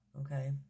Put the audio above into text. okay